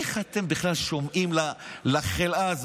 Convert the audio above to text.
איך אתם בכלל שומעים לחלאה הזאת?